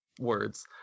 words